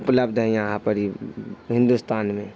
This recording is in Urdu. اپلبدھ ہیں یہاں پر ہی ہندوستان میں